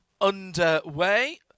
underway